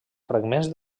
fragments